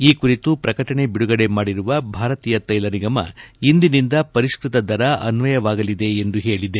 ಈ ಕುರಿತು ಪ್ರಕಟಣೆ ಬಿಡುಗಡೆ ಮಾಡಿರುವ ಭಾರತೀಯ ತೈಲ ನಿಗಮ ಇಂದಿನಿಂದ ಪರಿಷ್ಟ್ರತ ದರ ಅನ್ವಯವಾಗಲಿದೆ ಎಂದು ಹೇಳಿದೆ